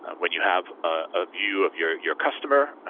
when you have a view of your your customer,